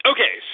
Okay